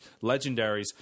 legendaries